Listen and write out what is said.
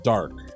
Dark